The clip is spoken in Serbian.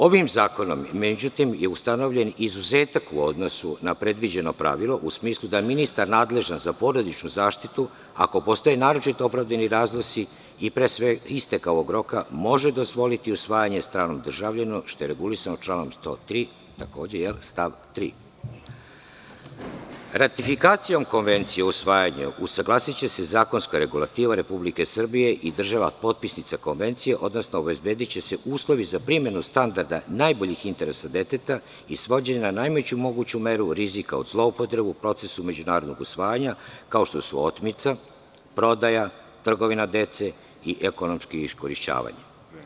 Ovim zakonom, međutim, ustanovljen je izuzetak u odnosu na predviđeno pravilo, u smisli daministar nadležan za porodičnu zaštitu, ako postoje naročito opravdani razlozi, i pre isteka ovog roka može dozvoliti usvajanje stranom državljaninu, što je regulisano članom 103. stav 3. Ratifikacijom konvencije o usvajanju usaglasiće se zakonska regulativa Republike Srbije i država potpisnica konvencije, odnosno obezbediće se uslovi za primenu standarda najboljih interesa deteta i svođenje na najveću moguću meru rizika od zloupotrebe u procesu međunarodnog usvajanja, kao što su otmica, prodaja, trgovina dece i ekonomsko iskorišćavanje.